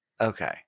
Okay